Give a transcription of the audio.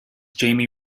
jamie